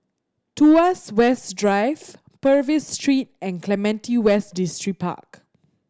Tuas West Drive Purvis Street and Clementi West Distripark